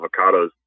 avocados